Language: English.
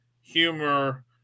humor